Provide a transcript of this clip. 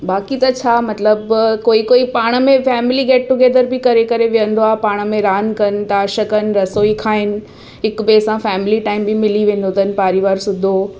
बाक़ी त छा मतलबु कोई कोई पाण में फ़ैमिली गेटटूगेदर बि करे करे विहंदो आहे पाण में रांदि कनि ताश कनि रसोई खाइनि हिक ॿिए सां फ़ैमिली टाइम बि मिली वेंदो अथनि परिवार सुधो